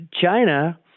China